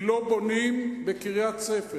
כי לא בונים בקריית-ספר?